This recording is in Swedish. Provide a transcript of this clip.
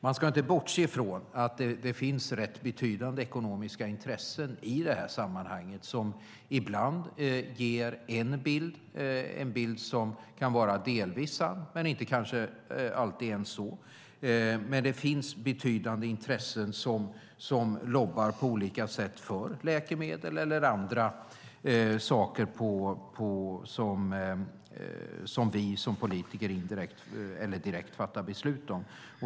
Man ska inte bortse ifrån att det finns rätt betydande ekonomiska intressen i detta sammanhang som ibland ger en bild som kan vara delvis sann men kanske inte alltid ens det. Det finns betydande intressen som på olika sätt lobbar för läkemedel eller andra saker vi som politiker indirekt eller direkt fattar beslut om.